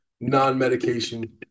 non-medication